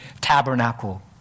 tabernacle